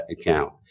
account